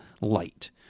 light